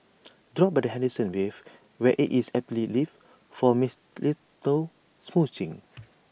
drop by the Henderson waves where IT is aptly lit for mistletoe smooching